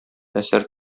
әсәр